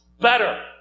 better